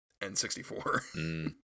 n64